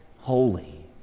holy